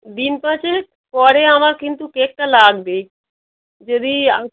দিন পাঁচেক পরে আমার কিন্তু কেকটা লাগবে যদি আপ